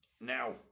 Now